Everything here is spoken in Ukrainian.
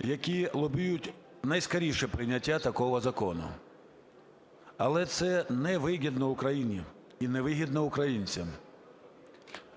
які лобіюють найскоріше прийняття такого закону. Але це невигідно Україні і невигідно українцям.